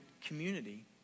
community